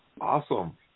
Awesome